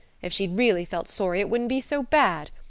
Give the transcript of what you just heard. if she'd really felt sorry it wouldn't be so bad.